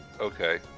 Okay